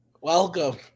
Welcome